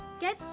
Get